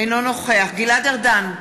אינו נוכח גלעד ארדן,